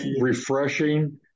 refreshing